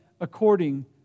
according